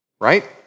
Right